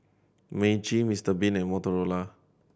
Meiji Mister Bean and Motorola